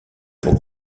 pour